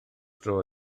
dro